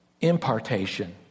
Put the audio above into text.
impartation